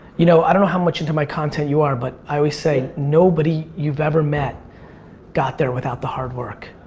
you know i don't know how much into my content you are but i always say nobody you've ever met got there without the hard work.